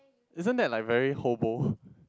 isn't that like very hobo